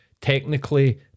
technically